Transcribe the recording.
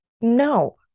no